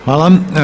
Hvala.